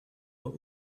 but